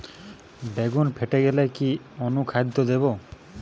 বেগুন ফেটে গেলে কি অনুখাদ্য দেবো?